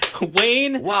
Wayne